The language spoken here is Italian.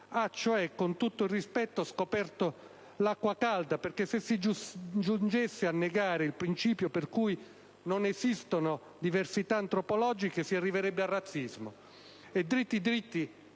ha, cioè, con tutto il rispetto, scoperto l'acqua calda, perché se si giungesse a negare il principio per cui non esistono diversità antropologiche, si arriverebbe al razzismo